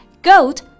Goat